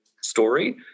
story